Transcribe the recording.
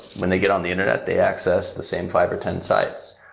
when they get on the internet, they access the same five or ten sites.